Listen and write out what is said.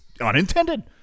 unintended